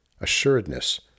assuredness